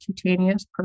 cutaneous